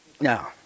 Now